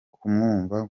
kumwumva